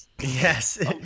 Yes